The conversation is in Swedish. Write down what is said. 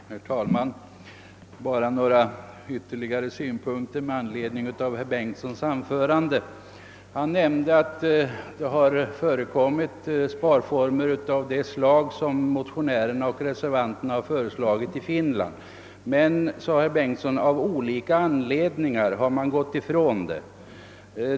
Herr talman! Jag vill bara anföra ytterligare några synpunkter med anledning av herr Bengtssons i Landskrona anförande. Han nämnde att det i Finland har förekommit sparformer av det slag som motionärer och reservanter har föreslagit. Men, sade herr Bengtsson, av olika anledningar har man gått ifrån dem.